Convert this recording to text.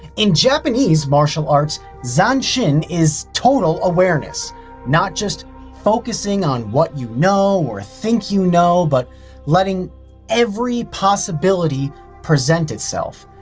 in japanese martial arts, zanshin is total awareness not just focusing on what you know or think you know, but letting every possibility present itself,